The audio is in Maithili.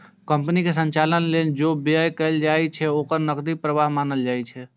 कंपनीक संचालन लेल जे व्यय कैल जाइ छै, ओ नकदी प्रवाह मानल जाइ छै